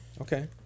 Okay